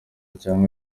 cyangwa